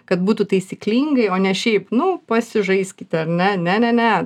kad būtų taisyklingai o ne šiaip nu pasižaiskit ar ne ne ne ne